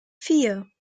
vier